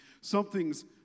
Something's